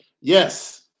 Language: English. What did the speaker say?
Yes